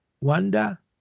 wonder